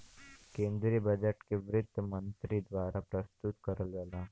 केन्द्रीय बजट के वित्त मन्त्री द्वारा प्रस्तुत करल जाला